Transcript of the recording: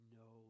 no